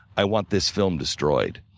i want this film destroyed.